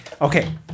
Okay